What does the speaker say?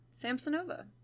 Samsonova